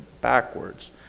backwards